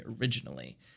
originally